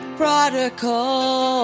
prodigal